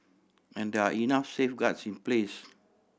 and there are enough safeguards in place